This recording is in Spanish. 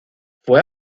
fue